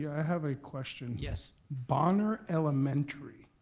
i have a question. yes? bonner elementary,